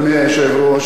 ידידי השר,